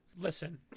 Listen